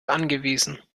angewiesen